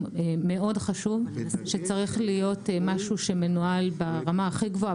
מאוד חשוב שצריך להיות משהו שמנוהל ברמה הכי גבוהה